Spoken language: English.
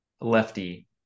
Lefty